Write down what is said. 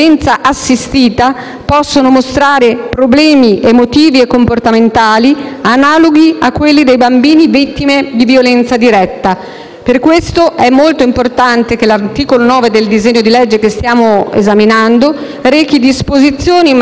Per questo è molto importante che l'articolo 9 del disegno di legge che stiamo esaminando rechi disposizioni in materia di assistenza medico-psicologica per tutto il periodo necessario per il pieno riequilibrio psicologico degli orfani di femminicidio.